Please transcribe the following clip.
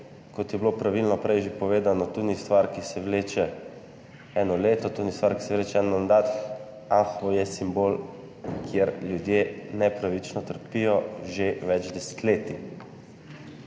kot je bilo pravilno prej že povedano, to ni stvar, ki se vleče eno leto, to ni stvar, ki se vleče en mandat, Anhovo je simbol, kjer ljudje nepravično trpijo že več desetletij.